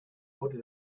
wurde